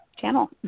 channel